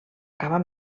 acabar